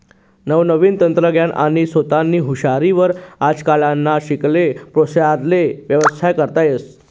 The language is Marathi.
नवनवीन तंत्रज्ञान आणि सोतानी हुशारी वर आजकालना शिकेल पोर्यास्ले व्यवसाय करता येस